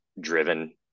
driven